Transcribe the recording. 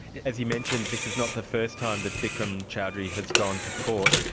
as you mentioned, this is not the first time that bikram choudhury has gone to court.